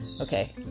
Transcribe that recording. Okay